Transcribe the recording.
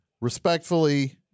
respectfully –